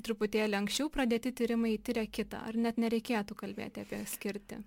truputėlį anksčiau pradėti tyrimai tiria kitą ar net nereikėtų kalbėti apie skirtį